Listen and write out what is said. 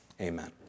Amen